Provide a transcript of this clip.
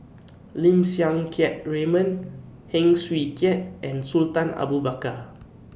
Lim Siang Keat Raymond Heng Swee Keat and Sultan Abu Bakar